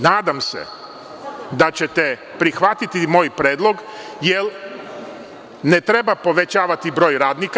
Nadam se da ćete prihvatiti moj predlog, jer ne treba povećavati broj radnika.